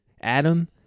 Adam